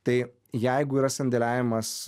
tai jeigu yra sandėliavimas